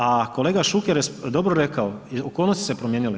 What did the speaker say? A kolega Šuker je dobro rekao, okolnosti su se promijenile.